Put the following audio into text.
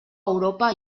europa